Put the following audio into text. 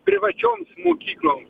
privačioms mokykloms